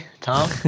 Tom